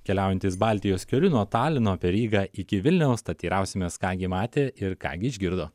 keliaujantys baltijos keliu nuo talino per rygą iki vilniaus tad teirausimės ką gi matė ir ką gi išgirdo